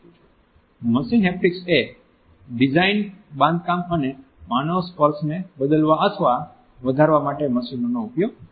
machine હેપ્ટિક્સએ design બાંધકામ અને મનાવ સ્પર્શને બદલવા અથવા વધારવા માટે મશીનનો ઉપયોગ છે